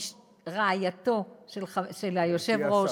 רעייתו של היושב-ראש,